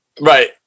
Right